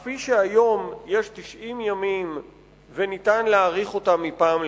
כפי שהיום יש 90 ימים וניתן להאריך את התקופה מפעם לפעם,